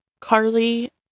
Carly